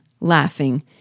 laughing